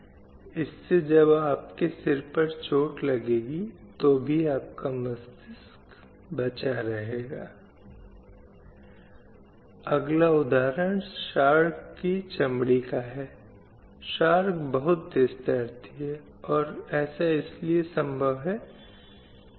जिससे पूरी प्रक्रिया में उनकी आवाज़ पूरी तरह से सुनी जाती है और उनके मुद्दों को पूरी तरह से संबोधित किया जाता है और अंत में महिलाओं और लड़कियों के खिलाफ हिंसा के मुद्दों को संबोधित किया जाना चाहिए